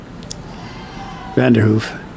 Vanderhoof